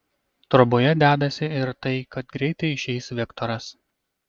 troboje dedasi ir tai kad greitai išeis viktoras